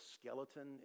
skeleton